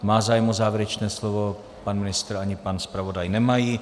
Má zájem o závěrečné slovo pan ministr ani pan zpravodaj nemají.